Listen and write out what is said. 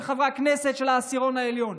של חברי הכנסת, של העשירון העליון.